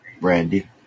Brandy